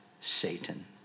Satan